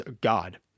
God